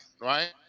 right